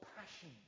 passion